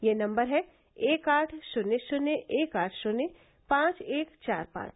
यह नम्बर है एक आठ शून्य शून्य एक आठ शून्य पांच एक चार पांच